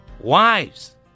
wives